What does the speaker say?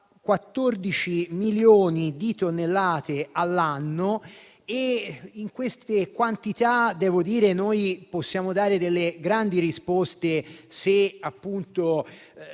14 milioni di tonnellate all'anno. Con queste quantità, possiamo dare delle grandi risposte se, appunto,